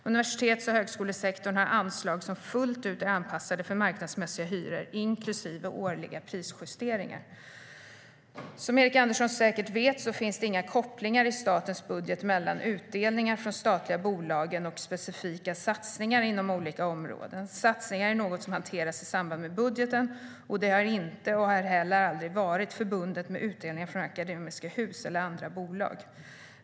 Universitets och högskolesektorn har anslag som fullt ut är anpassade för marknadsmässiga hyror, inklusive årliga prisjusteringar. Som Erik Andersson säkert vet finns det inga kopplingar i statens budget mellan utdelningar från de statliga bolagen och specifika satsningar inom olika områden. Satsningar hanteras i samband med budgeten, och det är inte - och har heller aldrig varit - förbundet med utdelningar från Akademiska Hus eller andra bolag.